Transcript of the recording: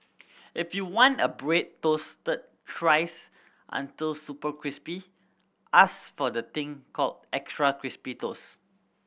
if you want a bread toasted thrice until super crispy ask for the thing called extra crispy toast